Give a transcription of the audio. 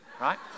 Right